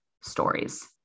stories